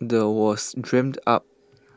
the was dreamt up